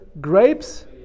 grapes